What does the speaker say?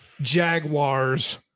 Jaguars